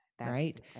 Right